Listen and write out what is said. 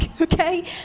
okay